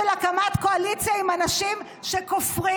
של הקמת קואליציה עם אנשים שכופרים